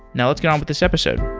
now let's get on with this episode